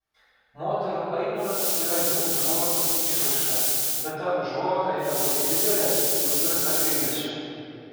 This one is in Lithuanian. moterų aimanos yra jų užuojautos išraiška bet ta užuojauta yra tokia didelė jog virsta gailesčiu